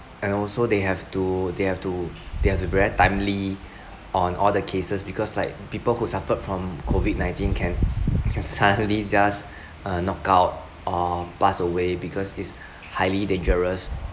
and also they have to they have to they've to a very timely on all the cases because like people who suffered from COVID nineteen can can suddenly just uh knockout or pass away because it's highly dangerous